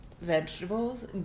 Vegetables